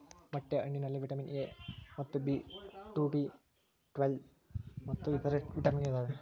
ಮೊಟ್ಟೆ ಹಣ್ಣಿನಲ್ಲಿ vitamin A ಮತ್ತು ಬಿ ಟು ಬಿ ಟ್ವೇಲ್ವ್ ಮತ್ತು ಇತರೆ ವಿಟಾಮಿನ್ ಇದಾವೆ